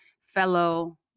fellow